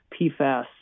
PFAS